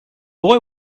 boy